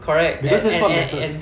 correct and and and and